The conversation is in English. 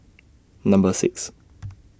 Number six